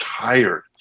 tired